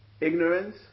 ignorance